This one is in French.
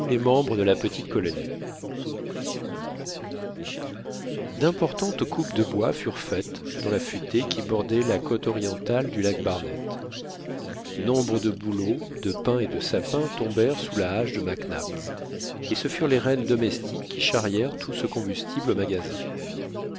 les membres de la petite colonie d'importantes coupes de bois furent faites dans la futaie qui bordait la côte orientale du lac barnett nombre de bouleaux de pins et de sapins tombèrent sous la hache de mac nap et ce furent les rennes domestiques qui charrièrent tout ce combustible au magasin